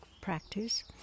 practice